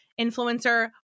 influencer